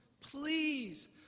Please